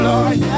Lord